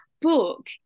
book